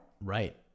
Right